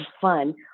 fun